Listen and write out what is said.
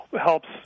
helps